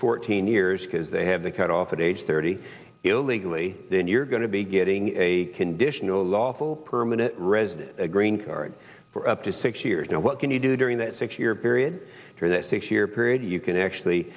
fourteen years because they have the cut off at age thirty illegally then you're going to be getting a conditional a lawful permanent resident a green card for up to six years now what can you do during that six year period for that six year period you can actually